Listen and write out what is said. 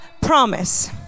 promise